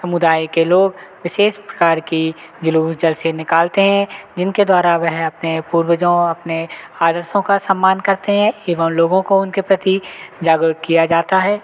समुदाय के लोग विशेष प्रकार के जुलूस जलसे निकालते हैं जिनके द्वारा वह अपने पूर्वजों अपने आदर्शों का सम्मान करते हैं एवं लोगों को उनके प्रति जागरूक किया जाता है